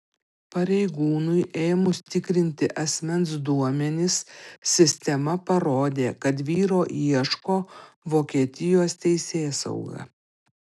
pareigūnui ėmus tikrinti asmens duomenis sistema parodė kad vyro ieško vokietijos teisėsauga